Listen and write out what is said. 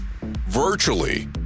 Virtually